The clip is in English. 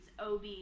ob